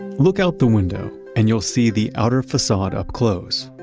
look out the window and you'll see the outer facade up close.